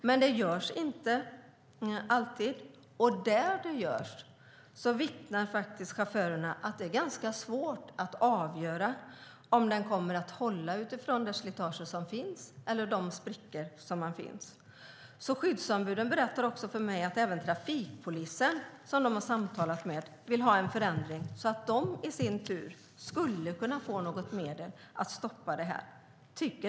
Men det görs inte alltid, och där det görs vittnar chaufförerna om att det är ganska svårt att utifrån slitaget eller de sprickor som finns avgöra om plattan kommer att hålla. Skyddsombuden berättar också att även trafikpolisen, som de har samtalat med, vill ha en förändring för att de i sin tur skulle kunna få ett medel för att stoppa detta.